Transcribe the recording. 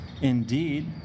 indeed